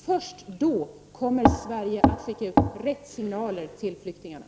Först då kommer Sverige att skicka ut ”rätt” signaler till flyktingarna!